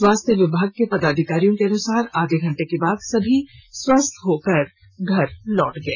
स्वास्थ्य विभाग के पदाधिकारियों के अनुसार आधे घंटे के बाद सभी स्वस्थ होकर घर चले गए